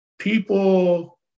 People